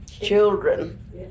children